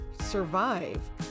survive